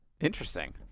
Interesting